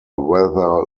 whether